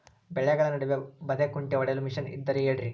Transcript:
ಬೆಳೆಗಳ ನಡುವೆ ಬದೆಕುಂಟೆ ಹೊಡೆಯಲು ಮಿಷನ್ ಇದ್ದರೆ ಹೇಳಿರಿ